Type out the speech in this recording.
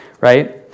Right